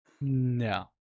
No